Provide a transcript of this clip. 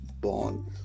born